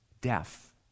death